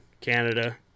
canada